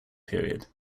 period